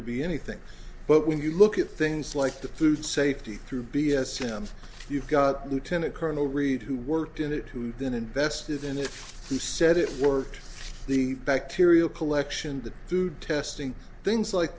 to be anything but when you look at things like the food safety through b s m you've got lieutenant colonel reed who worked in it who then invested in it he said it worked the bacterial collection the food testing things like